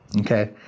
Okay